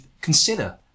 consider